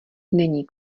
není